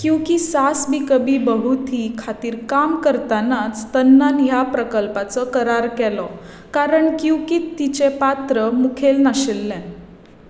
क्युंकी सास भी कभी बहु थी खातीर काम करतनाच तन्नान ह्या प्रकल्पाचो करार केलो कारण क्युंकींत तिचें पात्र मुखेल नाशिल्लें